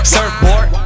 Surfboard